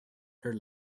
her